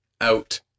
out